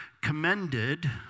commended